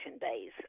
days